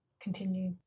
continue